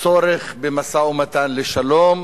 הצורך במשא-ומתן לשלום,